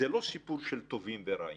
זה לא סיפור של טובים ורעים.